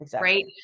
Right